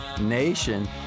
nation